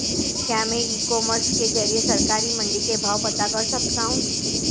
क्या मैं ecommerce के ज़रिए सरकारी मंडी के भाव पता कर सकता हूँ?